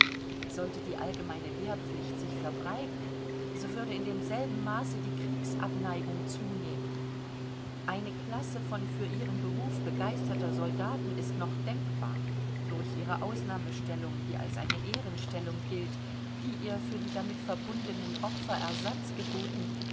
sollte die allgemeine wehrpflicht sich verbreiten so würde in demselben maße die kriegsabneigung zunehmen eine klasse von für ihren beruf begeisterter soldaten ist noch denkbar durch ihre ausnahmestellung die als eine ehrenstellung gilt die ihr für die damit verbundenen opfer ersatz geboten